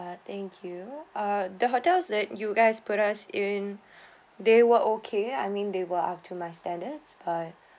ah thank you ah the hotels that you guys put us in they were okay I mean they were up to my standards but